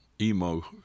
emo